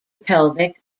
pelvic